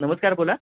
नमस्कार बोला